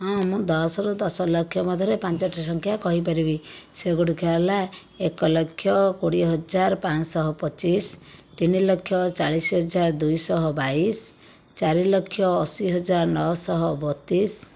ହଁ ମୁଁ ଦଶରୁ ଦଶଲକ୍ଷ ମଧ୍ୟରେ ପାଞ୍ଚଟି ସଂଖ୍ୟା କହିପାରିବି ସେଗୁଡ଼ିକ ହେଲା ଏକଲକ୍ଷ କୋଡ଼ିଏ ହଜାର ପାଞ୍ଚଶହ ପଚିଶ ତିନିଲକ୍ଷ ଚାଳିଶହଜାର ଦୁଇଶହ ବାଇଶ ଚାରିଲକ୍ଷ ଅଶିହଜାର ନଅଶହ ବତିଶ